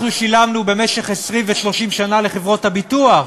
אנחנו שילמנו במשך 20 ו-30 שנה לחברות הביטוח,